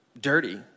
dirty